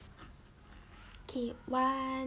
okay one